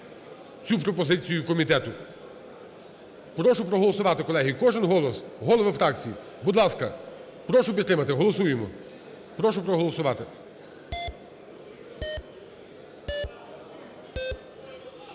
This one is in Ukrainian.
цю пропозицію комітету. Прошу проголосувати, колеги, кожен голос. Голови фракцій, будь ласка, прошу підтримати. Голосуємо. Прошу проголосувати.